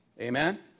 Amen